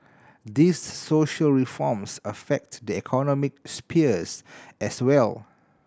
these social reforms affect the economic spheres as well